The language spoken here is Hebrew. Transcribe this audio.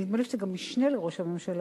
נדמה לי שאתה גם משנה לראש הממשלה,